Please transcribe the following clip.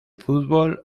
fútbol